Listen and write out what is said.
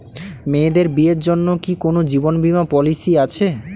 মেয়েদের বিয়ের জন্য কি কোন জীবন বিমা পলিছি আছে?